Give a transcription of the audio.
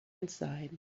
inside